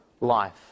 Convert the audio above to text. life